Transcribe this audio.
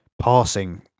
passing